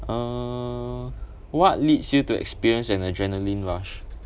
uh what leads you to experience an adrenaline rush